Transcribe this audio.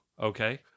Okay